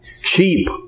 sheep